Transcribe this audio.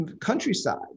countryside